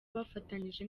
bafatanyije